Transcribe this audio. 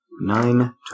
Nine